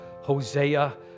Hosea